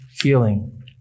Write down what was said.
healing